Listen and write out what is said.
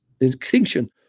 extinction